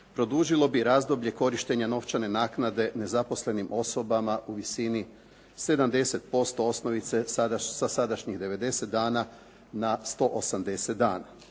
produžilo bi razdoblje korištenja novčane naknade nezaposlenim osobama u visini 70% osnovice sa sadašnjih 90 dana na 180 dana.